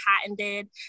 patented